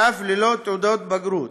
ואף ללא תעודת בגרות,